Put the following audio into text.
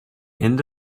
end